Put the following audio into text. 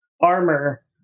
armor